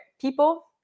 people